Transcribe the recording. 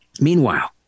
Meanwhile